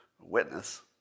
witness